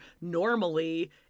normally